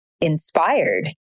inspired